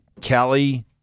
kelly